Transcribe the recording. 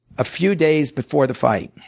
a few days before the fight.